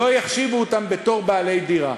לא יחשיבו אותם בתור בעלי דירה.